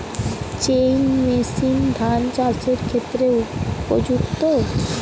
Chain machine ধান চাষের ক্ষেত্রে উপযুক্ত?